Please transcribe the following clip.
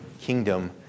kingdom